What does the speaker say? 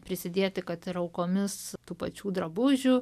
prisidėti kad ir aukomis tų pačių drabužių